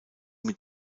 mit